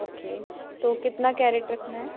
okay तो कितना carat रखना है